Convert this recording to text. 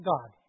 God